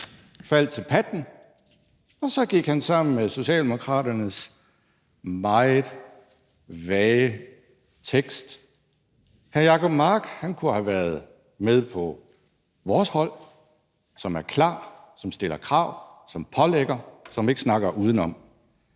faldt til patten, og han gik sammen med Socialdemokraterne om deres meget vage tekst. Hr. Jacob Mark kunne have været med på vores hold, som er klart, som stiller krav, som pålægger, og som ikke snakker udenom.